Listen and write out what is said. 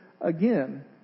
again